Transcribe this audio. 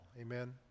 Amen